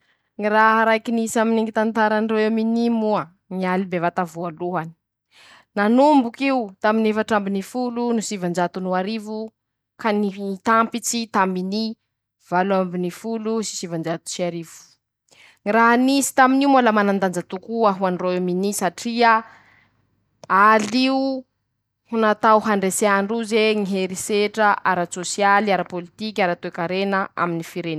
Ñy raha raiky nisy aminy tantarandrôeminy moa: ñy aly bevata voalohany, nanombok'io taminy efats'amby no folo no sivanjato no arivo ka nitampitsy taminy valo ambino folo sivanjato ts'iarivo, Ñy raha nisy tamin'io moa la manandanja tokoa ho any Rôiaminy satria, al'io ho natao handresea androze ñy herisetra aratsôsialy, arapôlitiky, aratoekarena aminy ñ.